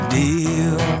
deal